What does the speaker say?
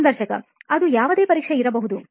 ಸಂದರ್ಶಕಅದು ಯಾವುದೇ ಪರೀಕ್ಷೆಗೆ ಇರಬಹುದು